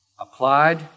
applied